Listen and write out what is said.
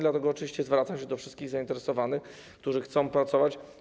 Dlatego oczywiście zwracam się do wszystkich zainteresowanych, którzy chcą nad tym pracować.